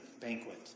banquet